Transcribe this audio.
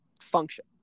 function